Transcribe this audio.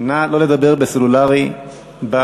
נא לא לדבר בסלולרי במליאה.